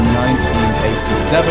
1987